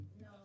No